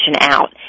out